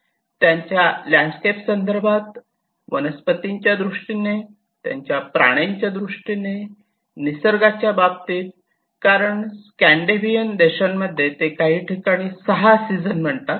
त्याच्या लँडस्केपच्या संदर्भात वनस्पतींच्या दृष्टीने त्याच्या प्राण्यांच्या दृष्टीने निसर्गाच्या बाबतीत कारण स्कॅन्डिनेव्हियन देशांमध्ये ते काही ठिकाणी 6 सीझन म्हणतात